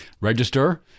register